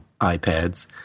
iPads